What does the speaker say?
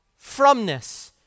fromness